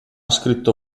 scritto